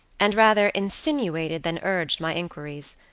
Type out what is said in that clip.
and rather insinuated than urged my inquiries.